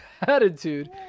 attitude